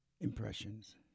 Impressions